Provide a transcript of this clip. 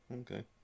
okay